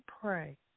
pray